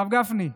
הרב גפני?